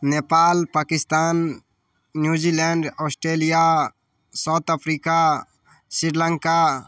Nepal Pakistan New Zealand Australia south Africa Sri Lanka